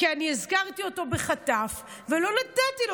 כי אני הזכרתי אותו בחטף ולא נתתי לו